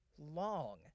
long